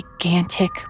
gigantic